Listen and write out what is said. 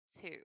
two